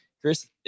chris